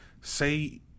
Say